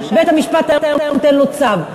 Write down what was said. בית-המשפט היה נותן לו צו.